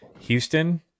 Houston